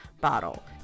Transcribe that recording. bottle